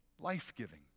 life-giving